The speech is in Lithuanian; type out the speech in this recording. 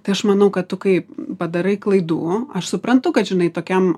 tai aš manau kad tu kai padarai klaidų aš suprantu kad žinai tokiam